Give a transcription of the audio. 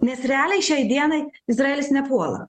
nes realiai šiai dienai izraelis nepuola